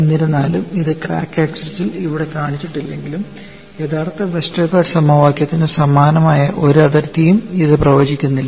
എന്നിരുന്നാലും ഇത് crack axis ൽ ഇവിടെ കാണിച്ചിട്ടില്ലെങ്കിലും യഥാർത്ഥ വെസ്റ്റർഗാർഡ് സമവാക്യത്തിന് സമാനമായ ഒരു അതിർത്തിയും ഇത് പ്രവചിക്കുന്നില്ല